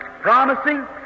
promising